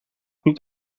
niet